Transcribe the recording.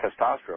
testosterone